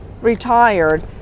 retired